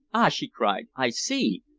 ah! she cried. i see.